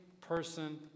person